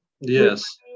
yes